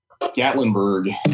Gatlinburg